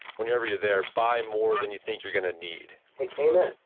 whenever you're there, buy more than you think you're going to need amen.